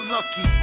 Lucky